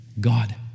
God